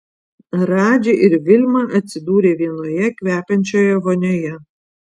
radži ir vilma atsidūrė vienoje kvepiančioje vonioje